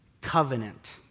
covenant